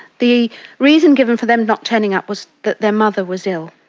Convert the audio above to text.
the reason given for them not turning up was that their mother was ill.